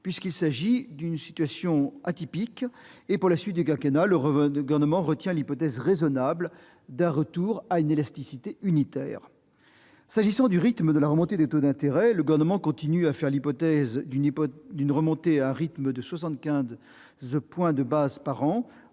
un. Or il s'agit d'une situation atypique. Pour la suite du quinquennat, le Gouvernement retient l'hypothèse raisonnable d'un retour à une élasticité unitaire. S'agissant de la remontée des taux d'intérêt, le Gouvernement continue à faire l'hypothèse d'une remontée au rythme de 75 points de base par an,